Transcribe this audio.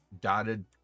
dotted